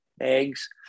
eggs